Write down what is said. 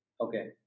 Okay